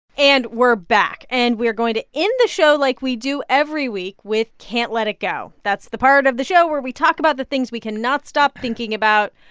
and we're back. and we're going to end the show like we do every week, with can't let it go. that's the part of the show where we talk about the things we cannot stop thinking about,